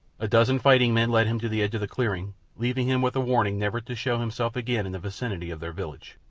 a dozen fighting men led him to the edge of the clearing leaving him with a warning never to show himself again in the vicinity of their village.